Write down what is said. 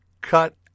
cut